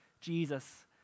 Jesus